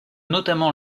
notamment